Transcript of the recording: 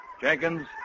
Jenkins